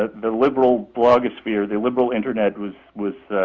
the liberal blogosphere, the liberal internet, was was